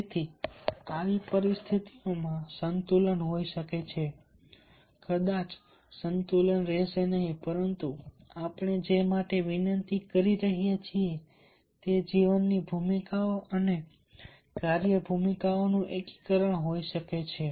તેથી આવી પરિસ્થિતિઓમાં સંતુલન હોઈ શકે છે કદાચ સંતુલન રહેશે નહીં પરંતુ આપણે જે માટે વિનંતી કરી રહ્યા છીએ તે જીવનની ભૂમિકાઓ અને કાર્ય ભૂમિકાઓનું એકીકરણ હોઈ શકે છે